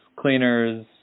Cleaners